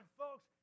folks